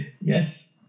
Yes